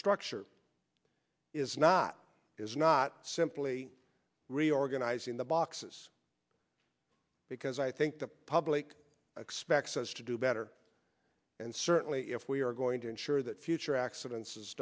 structure is not is not simply reorganizing the boxes because i think the public expects us to do better and certainly if we are going to ensure that future accidents is